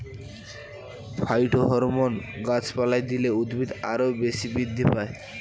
phytohormone গাছপালায় দিলে উদ্ভিদ আরও বেশি বৃদ্ধি পায়